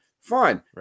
Fine